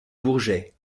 bourget